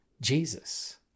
Jesus